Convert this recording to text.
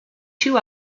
two